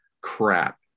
crap